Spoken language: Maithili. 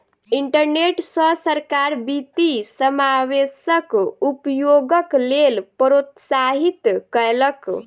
इंटरनेट सॅ सरकार वित्तीय समावेशक उपयोगक लेल प्रोत्साहित कयलक